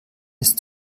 ist